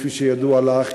כפי שידוע לך,